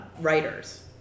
writers